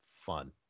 fun